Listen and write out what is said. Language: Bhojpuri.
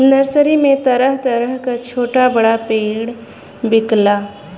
नर्सरी में तरह तरह क छोटा बड़ा पेड़ बिकला